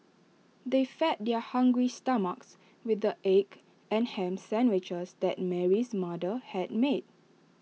they fed their hungry stomachs with the egg and Ham Sandwiches that Mary's mother had made